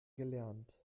gelernt